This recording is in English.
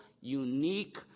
unique